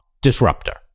disruptor